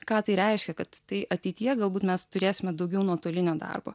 ką tai reiškia kad tai ateityje galbūt mes turėsime daugiau nuotolinio darbo